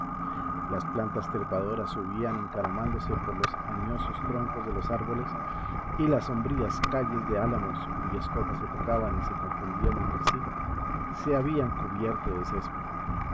las plantas trepadoras subían encaramándose por los añosos troncos de los árboles y las sombrías calles de álamos cuyas copas se tocaban y se confundían entre sí se habían cubierto